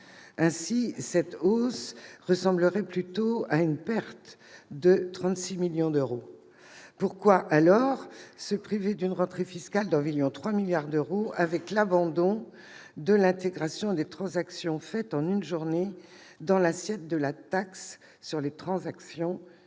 Ainsi, cette hausse s'apparenterait plutôt à une perte de 36 millions d'euros. Dès lors, pourquoi se priver d'une rentrée fiscale d'environ 3 milliards d'euros en abandonnant l'intégration des transactions faites en une journée dans l'assiette de la taxe sur les transactions financières ?